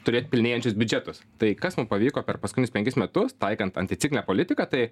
turėt pilnėjančius biudžetus tai kas mum pavyko per paskutinius penkis metus taikant anticiklinę politiką tai